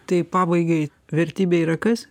tai pabaigai vertybė yra kas